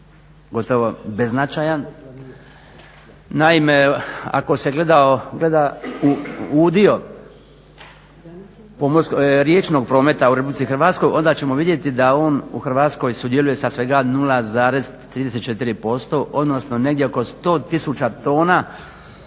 gotovo beznačajan. Naime, ako se gleda udio riječnog prometa u RH onda ćemo vidjeti da on u Hrvatskoj sudjeluje sa svega 0,34% odnosno negdje oko 100 tisuća tona